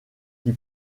qui